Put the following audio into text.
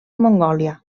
mongòlia